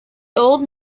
old